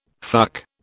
fuck